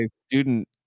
student